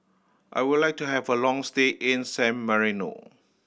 I would like to have a long stay in San Marino